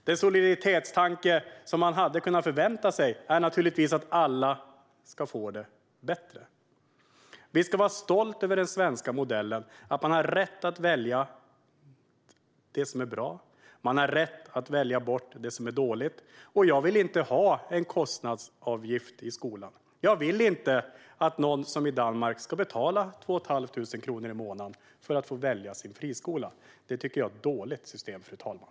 Den solidaritetstanke man hade förväntat sig är naturligtvis att alla ska få det bättre. Vi ska vara stolta över den svenska modellen, det vill säga att man har rätt att välja det som är bra och att man har rätt att välja bort det som är dåligt. Jag vill inte ha en kostnadsavgift i skolan. Jag vill inte att någon, som i Danmark, ska betala två och ett halvt tusen kronor i månaden för att få välja sin friskola. Det tycker jag är ett dåligt system, fru talman.